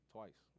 Twice